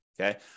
Okay